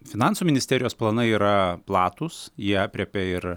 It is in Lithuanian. finansų ministerijos planai yra platūs jie aprėpia ir